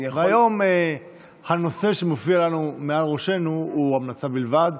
היום הנושא שמופיע לנו מעל ראשנו הוא המלצה בלבד,